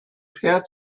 pat